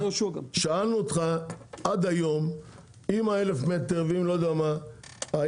שאלנו אותך עד היום אם ה-1,000 מטר ואם לא יודע מה,